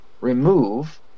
remove